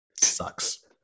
sucks